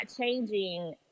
changing